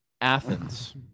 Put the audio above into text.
Athens